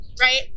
right